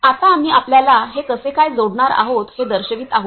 आता आम्ही आपल्याला ते कसे काय जोडणार आहोत ते दर्शवित आहोत